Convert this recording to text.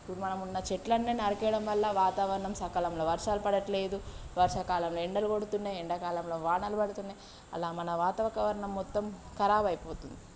ఇప్పుడు మనమున్న చెట్లన్నీ నరికేయడం వల్ల వాతావరణం సకాలంలో వర్షాలు పడడం లేదు వర్షాకాలంలో ఎండలు కొడుతున్నాయి ఎండాకాలంలో వానలు పడుతున్నాయి అలా మన వాతావకరణం మొత్తం ఖరాబ్ అయిపోతుంది